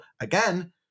Again